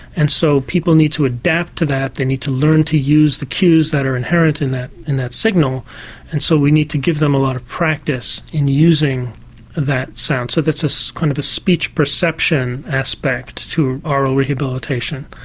and so people need to adapt to that. they need to learn to use the cues that are inherent in that and that signal and so we need to give them a lot of practice in using that sound. so there's a kind of a speech perception aspect to oral rehabilitation.